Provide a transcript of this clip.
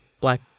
black